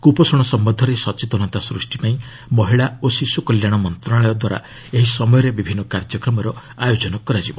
କୁପୋଷଣ ସମ୍ଭନ୍ଧରେ ସଚେଚନତା ସୃଷ୍ଟି ପାଇଁ ମହିଳା ଓ ଶିଶୁକଲ୍ୟାଣ ମନ୍ତଶାଳୟ ଦ୍ୱାରା ଏହି ସମୟରେ ବିଭିନ୍ନ କାର୍ଯ୍ୟକ୍ରମର ଆୟୋଜନ କରାଯିବ